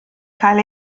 cael